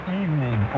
evening